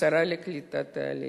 כשרה לקליטת העלייה.